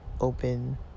open